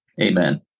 Amen